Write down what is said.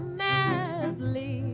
madly